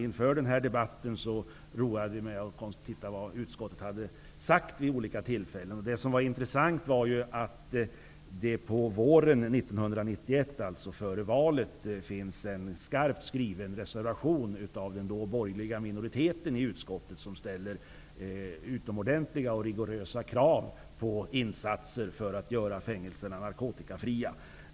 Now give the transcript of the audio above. Inför den här debatten roade jag mig med att titta på vad utskottet sagt vid olika tillfällen. Det intressanta var att det på våren 1991, alltså före valet, fanns en skarpt skriven reservation från den borgerliga minoriteten i utskottet, som ställde utomordentligt rigorösa krav på insatser för att göra fängelserna narkotikafria.